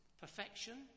perfection